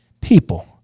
People